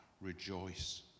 rejoice